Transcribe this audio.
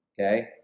Okay